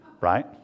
right